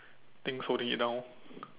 things holding it down